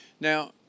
Now